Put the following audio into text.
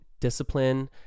discipline